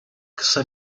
kısa